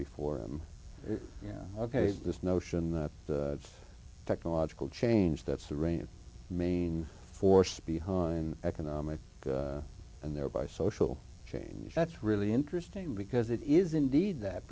before him yeah ok this notion that technological change that's the rain main force behind economics and thereby social change that's really interesting because it is indeed that